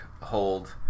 hold